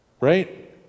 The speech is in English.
right